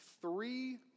three